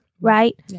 Right